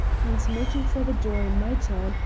and, making for the door in my turn,